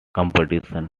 competition